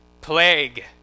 Plague